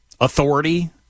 authority